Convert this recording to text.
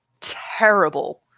terrible